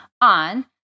on